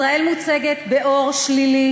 ישראל מוצגת באור שלילי,